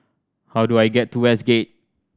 how do I get to Westgate